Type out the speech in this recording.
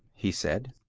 he said.